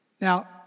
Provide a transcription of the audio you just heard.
Now